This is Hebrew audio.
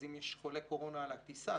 אם יש חולה קורונה על הטיסה,